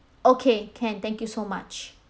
okay can thank you so much